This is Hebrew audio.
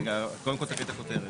רגע, קודם כל, תקריא את הכותרת.